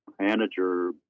manager